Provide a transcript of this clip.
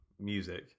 music